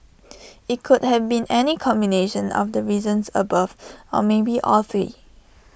IT could have been any combination of the reasons above or maybe all three